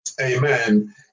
amen